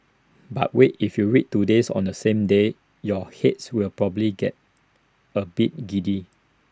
but wait if you read Todays on the same day your heads will probably get A bit giddy